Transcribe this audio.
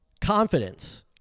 confidence